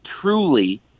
truly